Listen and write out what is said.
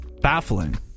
baffling